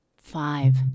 Five